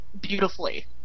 beautifully